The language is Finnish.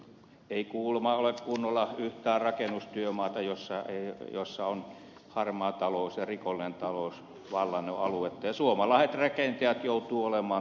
helsingissäkään ei kuulemma ole kunnolla yhtään rakennustyömaata jossa ei olisi harmaa talous ja rikollinen talous vallannut aluetta ja suomalaiset rakentajat joutuvat olemaan työttömänä